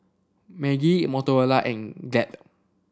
Maggi Motorola and Glad